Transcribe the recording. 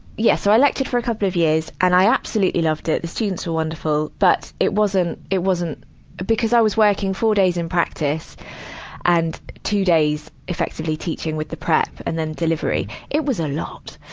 yes, so i lectured for a couple of years. and i absolutely l oved it. the students were wonderful. but it wasn't it wasn't because i was working four days in practice and two days effectively teaching with the prep and then delivery. it was a lot.